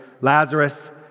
Lazarus